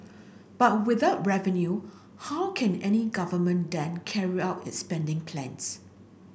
but without revenue how can any government then carry out its spending plans